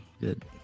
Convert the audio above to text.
good